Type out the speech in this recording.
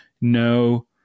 no